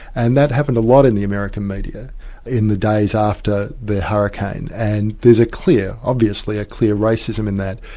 and that happened a lot in the american media in the days after the hurricane, and there's a clear, obviously, a clear racism in that.